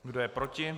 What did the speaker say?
Kdo je proti?